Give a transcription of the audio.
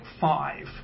five